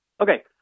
Okay